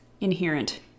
inherent